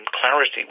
clarity